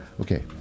okay